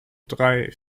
drei